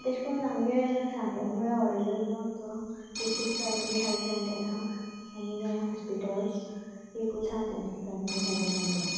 तशें करून आमच्या सांग्या म्हळ्यार व्हडलो गांव तो एकूच प्रायमरी हेल्थ सेंटर आसा आनी हें हॉस्पिटल्स एकूच आसा तें प्रायमरी हेल्थ सेंटर